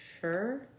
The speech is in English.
Sure